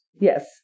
Yes